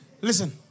listen